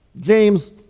james